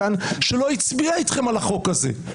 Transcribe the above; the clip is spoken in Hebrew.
שהיא לא הצביעה אתכם על החוק הזה.